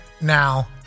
now